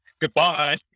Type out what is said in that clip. goodbye